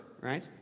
right